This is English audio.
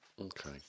okay